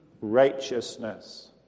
righteousness